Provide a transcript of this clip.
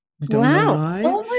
Wow